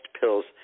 Pills